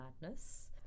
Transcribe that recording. madness